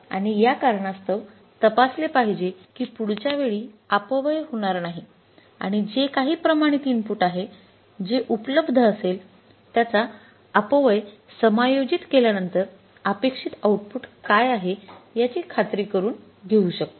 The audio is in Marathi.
आणि या कारणास्तव तपासले पाहिजे की पुढच्या वेळी अपव्यय होणार नाही आणि जे काही प्रमाणित इनपुट आहे जे उपलब्ध असेल त्याचा अपव्यय समायोजित केल्यानंतर अपेक्षित आउटपुट काय आहे याची खात्री करुन घेऊ शकतो